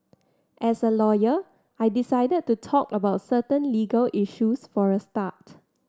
as a lawyer I decided to talk about certain legal issues for a start